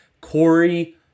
Corey